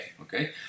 okay